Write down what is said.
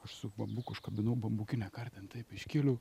aš su bambuku užkabinau bambukine kartim taip iškėliau